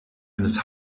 eines